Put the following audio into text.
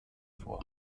vor